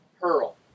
pearl